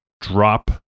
drop